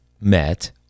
met